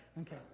Okay